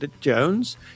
Jones